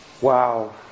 Wow